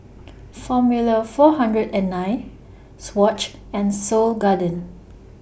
Formula four hundred and nine Swatch and Seoul Garden